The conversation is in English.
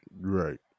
Right